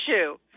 issue